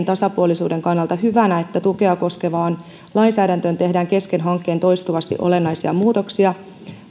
tasapuolisuuden kannalta hyvänä että tukea koskevaan lainsäädäntöön tehdään kesken hankkeen toistuvasti olennaisia muutoksia